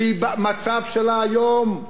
שהמצב שלה היום,